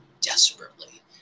desperately